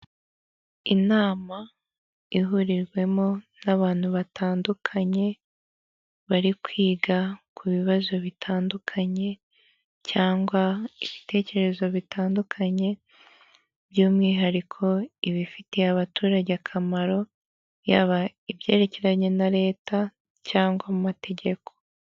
Inama ihuriwemo n'abantu batandukanye bari kwiga ku bibazo bitandukanye cyangwa ibitekerezo bitandukanye by'umwihariko ibifitiye abaturage akamaro, yaba ibyerekeranye na leta cyangwa mu ma amategeko.